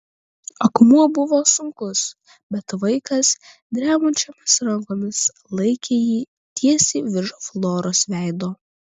akmuo buvo sunkus bet vaikas drebančiomis rankomis laikė jį tiesiai virš floros veido